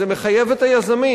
זה מחייב את היזמים,